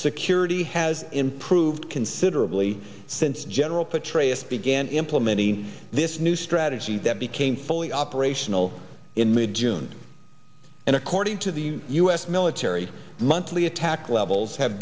security has improved considerably since general petraeus began implementing this new strategy that became fully operational in mid june and according to the u s military monthly attack levels have